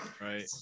right